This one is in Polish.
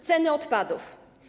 Ceny odpadów.